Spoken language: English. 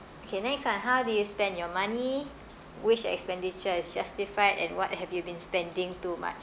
okay next [one] how do you spend your money which expenditure is justified and what have you been spending too much